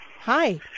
Hi